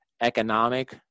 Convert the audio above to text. economic